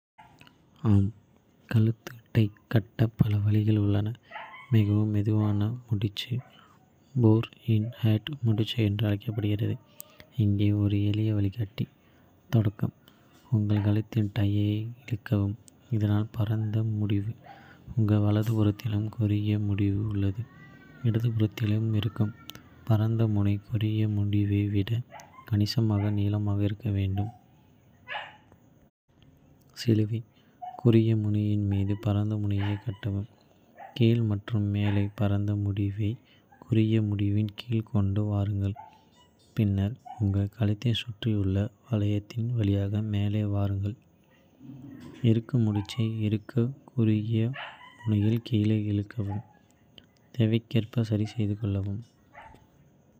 ஆம், கழுத்து டை கட்ட பல வழிகள் உள்ளன. மிகவும் பொதுவான முடிச்சு ஃபோர்-இன்-ஹேண்ட் முடிச்சு என்று அழைக்கப்படுகிறது. இங்கே ஒரு எளிய வழிகாட்டி. தொடக்கம்: உங்கள் கழுத்தில் டையை இழுக்கவும், இதனால் பரந்த முடிவு உங்கள் வலதுபுறத்திலும், குறுகிய முடிவு உங்கள் இடதுபுறத்திலும் இருக்கும். பரந்த முனை குறுகிய முடிவை விட கணிசமாக நீளமாக இருக்க வேண்டும். சிலுவை: குறுகிய முனையின் மீது பரந்த முனையைக் கடக்கவும். கீழ் மற்றும் மேலே: பரந்த முடிவை குறுகிய முடிவின் கீழ் கொண்டு வாருங்கள், பின்னர் உங்கள் கழுத்தைச் சுற்றியுள்ள வளையத்தின் வழியாக மேலே வாருங்கள். கீழே மற்றும் மூலம் முடிச்சின் முன் வழியாக பரந்த முடிவை கீழே கொண்டு வாருங்கள். இறுக்கு முடிச்சை இறுக்க குறுகிய முனையில் கீழே இழுக்கவும். தேவைக்கேற்ப சரிசெய்யவும்.